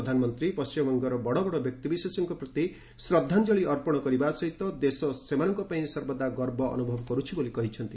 ପ୍ରଧାନମନ୍ତ୍ରୀ ପଣ୍ଟିମବଙ୍ଗର ବଡ଼ବଡ଼ ବ୍ୟକ୍ତିବିଶେଷଙ୍କ ପ୍ରତି ଶ୍ରଦ୍ଧାଞ୍ଜଳୀ ଅର୍ପଣ କରିବା ସହିତ ଦେଶ ସେମାନଙ୍କ ପାଇଁ ସର୍ବଦା ଗର୍ବ ଅନୁଭବ କରୁଛି ବୋଲି କହିଛନ୍ତି